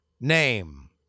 name